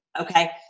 okay